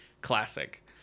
Classic